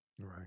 Right